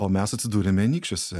o mes atsidūrėme anykščiuose